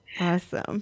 Awesome